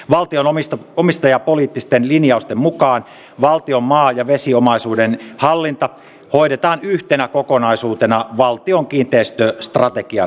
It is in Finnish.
valtion omistajapoliittisten linjausten mukaan valtion maa ja vesiomaisuuden hallinta hoidetaan yhtenä kokonaisuutena valtion kiinteistöstrategian mukaisesti